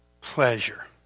pleasure